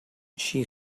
she